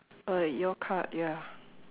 uh your card ya